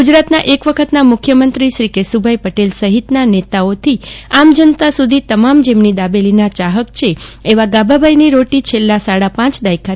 ગુજરાતના એક વખતના મુખ્યમંત્રીશ્રી કેશુભાઈ પટેલ સફિત નેતાઓથી આમ જનતા સુધી તમામ જેમની દાબેલીના ચાહ્ક છે તેવા ગાભાની રોટી છેલ્લા સાડા પાંચ દાયકાથી પ્રખ્યાત છે